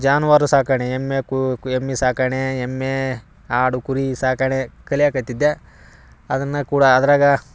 ಜಾನುವಾರು ಸಾಕಾಣೆ ಎಮ್ಮೆ ಕು ಎಮ್ಮಿ ಸಾಕಾಣೆ ಎಮ್ಮೆ ಆಡು ಕುರಿ ಸಾಕಾಣೆ ಕಲಿಯಕ್ಕೆ ಹತ್ತಿದ್ದೆ ಅದನ್ನು ಕೂಡ ಅದ್ರಾಗ